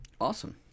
Awesome